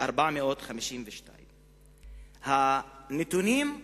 452. הנתונים הם